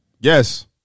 Yes